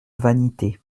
vanité